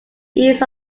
east